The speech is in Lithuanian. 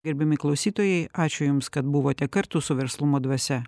gerbiami klausytojai ačiū jums kad buvote kartu su verslumo dvasia